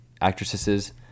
actresses